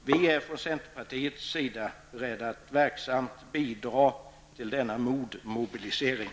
Vi är i centerpartiet beredda att verksamt bidra till denna modmobilisering.